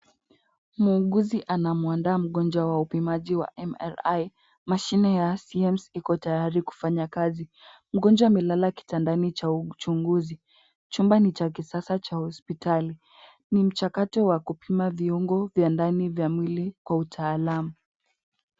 Muuguzi anamuandaa mwongwa wa upimaji wa MRI. Mashine ya SIEMENS iko tayari kufanya kazi. Mgonjwa amelala kitandani cha uchunguzi. Chumba ni cha kisasa cha hospitali. Ni mchakato wa kupima viungo vya ndani vya mwili kwa utaalamu.